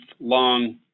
long